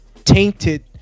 tainted